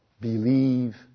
Believe